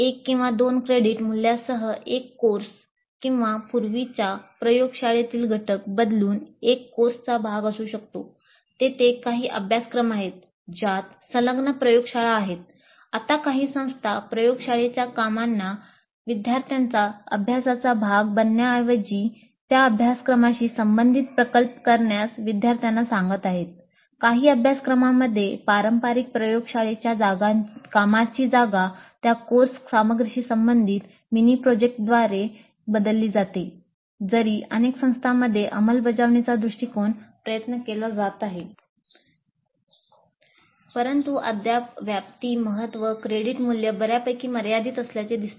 एक किंवा दोन क्रेडिटसह बदलली जाते जरी अनेक संस्थांमध्ये अंमलबजावणीचा दृष्टीकोनासाठी प्रयत्न केला जात आहे परंतु अद्याप व्याप्ती महत्त्व क्रेडिट मूल्य बऱ्यापैकी मर्यादित असल्याचे दिसते